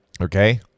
Okay